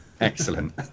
Excellent